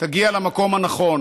תגיע למקום הנכון,